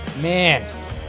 Man